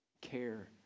Care